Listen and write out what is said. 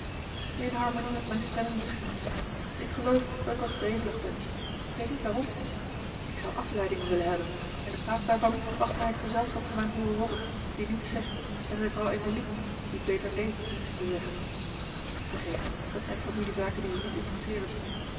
in harmonie met mijne stemming misschien ik geloof dat ik wat wrevelig ben ik weet niet waarom ik zou afleiding willen hebben en in plaats daarvan wacht mij het gezelschap van mijn broer robert die niets zegt en zijne vrouw emilie die beter deed niets te zeggen vergeef me dat zijn familiezaken die u niet interesseeren